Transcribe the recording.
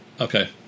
Okay